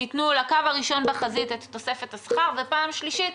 תיתנו לקו הראשון בחזית את תוספת השכר ופעם שלישית,